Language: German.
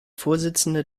vorsitzende